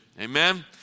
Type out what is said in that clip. Amen